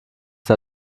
der